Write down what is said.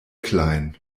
klein